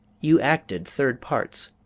you acted third parts,